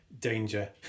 danger